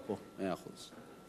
הוא פה, מאה אחוז.